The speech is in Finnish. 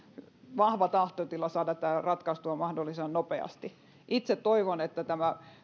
vahva tahtotila saada tämä ratkaistua mahdollisimman nopeasti itse toivon että tämä